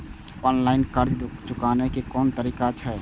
Online कर्ज चुकाने के कोन तरीका छै?